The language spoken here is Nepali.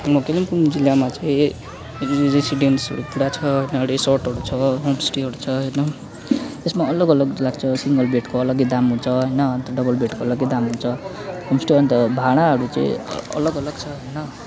हाम्रो कालिम्पोङ जिल्लामा चाहिँ रेसिडेन्सहरू पुरा छ त्यहाँबाट रिसर्टहरू छ होम्स्टेहरू छ हेन यसमा अलग अलग लाग्छ सिङ्गल बेडको अलग्गै दाम हुन्छ अन्त डबल बेडको अलग्गै दाम हुन्छ होम्स्टे अन्त भाडाहरू चाहिँ अलग अलग छ होइन